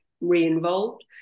re-involved